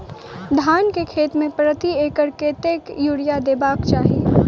धान केँ खेती मे प्रति एकड़ कतेक यूरिया देब केँ चाहि?